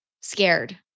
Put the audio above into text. scared